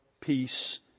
peace